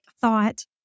thought